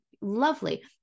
lovely